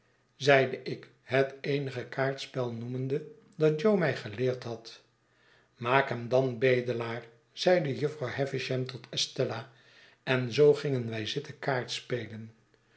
zeide ik het eenige kaartspel noemende dat jo mij geleerd had maak hem dan bedelaar zeide jufvrouw havisham tot estella en zoo gingen wij zitten